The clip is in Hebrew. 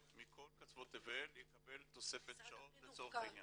מכל קצוות תבל יקבל תוספת שעות לצורך העניין?